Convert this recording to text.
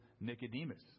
Nicodemus